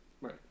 Right